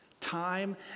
time